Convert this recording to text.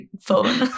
phone